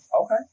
okay